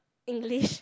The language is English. English